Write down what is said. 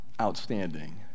outstanding